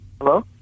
Hello